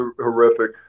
horrific